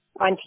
on